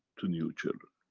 to new children.